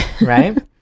right